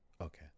Okay